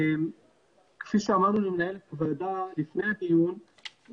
כפי שאמרנו למנהלת הוועדה לפני הדיון,